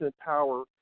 power